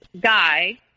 guy